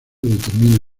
determina